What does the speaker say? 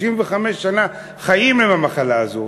65 שנה חיים עם המחלה הזו,